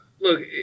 look